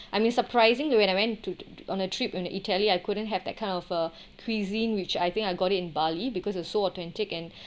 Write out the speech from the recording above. I mean surprising when I went to to on a trip in italy I couldn't have that kind of a cuisine which I think I got it in bali because it so authentic and